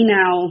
now